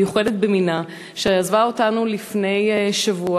מיוחדת במינה, שעזבה אותנו לפני שבוע.